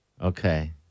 Okay